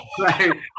Right